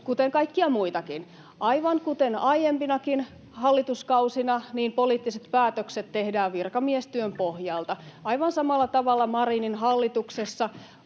kuten kaikkia muitakin. Aivan kuten aiempinakin hallituskausina, poliittiset päätökset tehdään virkamiestyön pohjalta. Aivan samalla tavalla Marinin hallituksessa